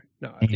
no